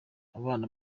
abana